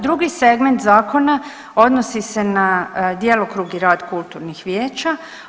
Drugi segment zakona odnosi se na djelokrug i rad kulturnih vijeća.